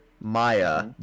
Maya